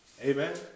amen